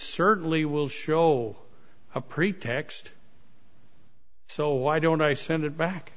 certainly will show a pretext so why don't i send it back